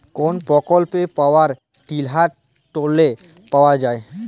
কোন প্রকল্পে power tiller লোনে পাওয়া য়ায়?